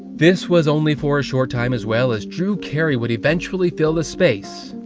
this was only for a short time as well, as drew carey would eventually fill the space,